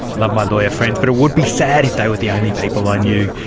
love my lawyer friends, but it would be sad if they were the only people i knew.